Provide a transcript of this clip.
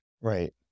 Right